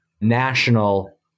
national